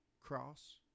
cross